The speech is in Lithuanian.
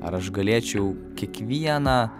ar aš galėčiau kiekvieną